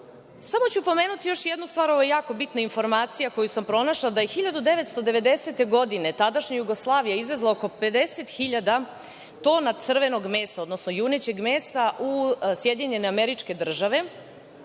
ću pomenuti još jednu stvar, ovo je jako bitna informacija koju sam pronašla, da je 1990. godine tadašnja Jugoslavija izvezla oko 50.000 tona crvenog mesa, odnosno junećeg mesa, u SAD, za potrebe njihove